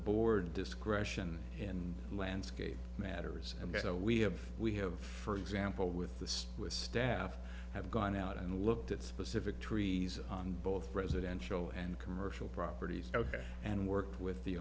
board discretion and landscape matters and so we have we have for example with this with staff have gone out and looked at specific trees on both residential and commercial properties ok and worked with the